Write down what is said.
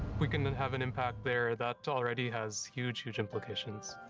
we can then have an impact there, that already has huge, huge implications.